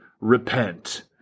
Repent